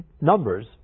Numbers